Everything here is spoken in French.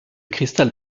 cristal